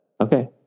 okay